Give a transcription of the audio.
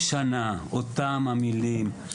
לשנת הלימודים התשפ"ג והצעת משרד החינוך בנושא.